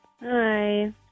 Hi